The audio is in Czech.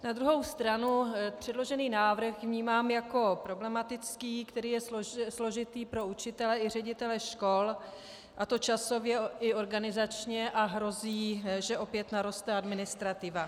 Na druhou stranu předložený návrh vnímám jako problematický, který je složitý pro učitele i ředitele škol, a to časově i organizačně, a hrozí, že opět naroste administrativa.